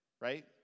right